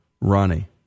Ronnie